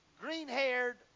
green-haired